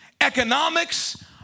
economics